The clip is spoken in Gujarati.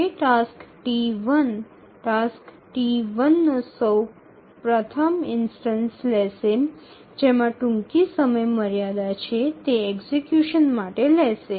તે ટાસ્ક T1 ટાસ્ક T1 નો પ્રથમ ઇન્સ્ટનસ લેશે જેમાં ટૂંકી સમયમર્યાદા છે તે એક્ઝિકયુશન માટે લેશે